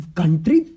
country